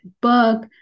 book